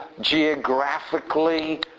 geographically